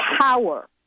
Power